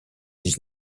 dix